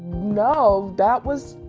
no, that was,